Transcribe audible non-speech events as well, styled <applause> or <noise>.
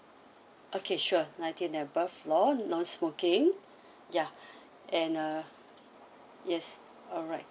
okay sure nineteen and above floor non smoking ya <breath> and uh yes alright